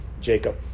Jacob